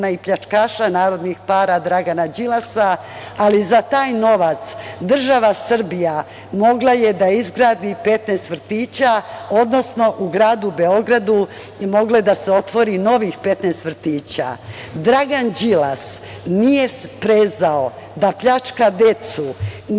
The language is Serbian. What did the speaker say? i pljačkaša narodnih para Dragana Đilasa, ali za taj novac država Srbija mogla je da izgradi 15 vrtića, odnosno u gradu Beogradu moglo je da se otvori novih 15 vrtića. Dragan Đilas nije prezao da pljačka decu